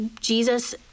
Jesus